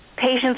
Patients